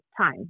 time